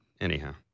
Anyhow